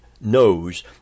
knows